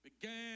began